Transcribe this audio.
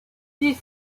six